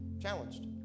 Challenged